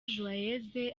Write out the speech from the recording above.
joyeuse